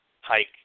hike